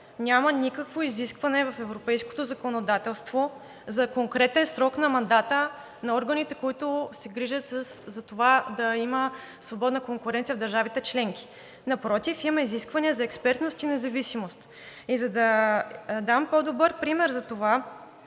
няма никакво изискване в европейското законодателство за конкретен срок на мандата на органите, които се грижат за това да има свободна конкуренция в държавите членки. Напротив, има изисквания за експертност и независимост. И за да дам по-добър пример за това,